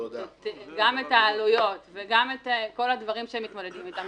גם את העלויות וגם את כל הדברים שמתמודדים איתם.